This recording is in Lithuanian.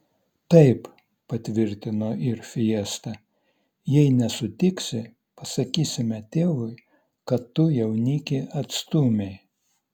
taip patvirtino ir fiesta jei nesutiksi pasakysime tėvui kad tu jaunikį atstūmei